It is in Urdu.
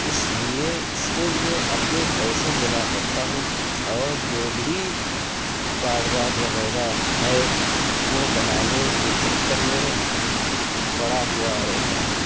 اِس لیے اِس کے لیے اپنے پیسے جمع کرتا ہوں اور جو بھی کاغذات وغیرہ ہے وہ بنانے کے چکر میں پڑا ہُوا رہتا ہوں